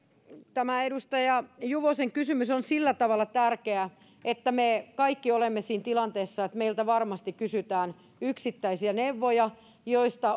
tämä edustaja juvosen kysymys on sillä tavalla tärkeä että me kaikki olemme siinä tilanteessa että meiltä varmasti kysytään yksittäisiä neuvoja vaikka